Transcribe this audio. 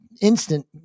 instant